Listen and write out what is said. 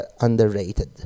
underrated